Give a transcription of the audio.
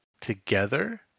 together